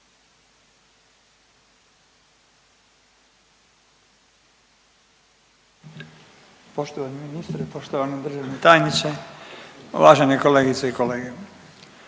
Poštovani ministre, poštovani državni tajniče, uvažene kolegice i kolege,